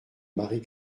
marie